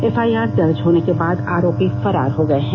FIR दर्ज होने के बाद आरोपी फरार हो गए हैं